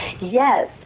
Yes